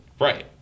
Right